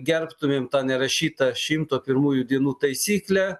gerbtumėm tą nerašytą šimto pirmųjų dienų taisyklę